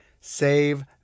save